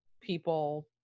people